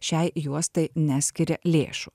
šiai juostai neskiria lėšų